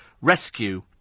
rescue